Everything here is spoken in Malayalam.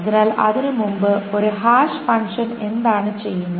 അതിനാൽ അതിനുമുമ്പ് ഒരു ഹാഷ് ഫംഗ്ഷൻ എന്താണ് ചെയ്യുന്നത്